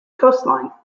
coastline